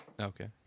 Okay